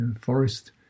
Forest